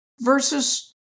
versus